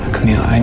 Camila